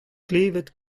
klevet